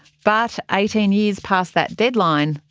but eighteen years past that deadline,